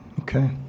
Okay